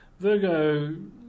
Virgo